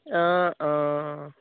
অঁ অঁ